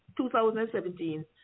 2017